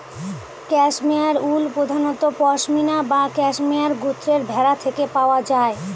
cashmere wool প্রধানত পসমিনা বা cashmere গোত্রের ভেড়া থেকে পাওয়া যায়